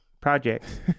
projects